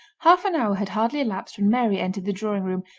half-an-hour had hardly elapsed when mary entered the drawing-room,